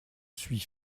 suis